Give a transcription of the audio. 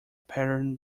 pattern